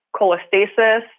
cholestasis